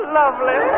lovely